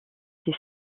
ces